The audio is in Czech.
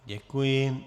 Děkuji.